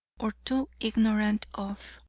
or too ignorant of,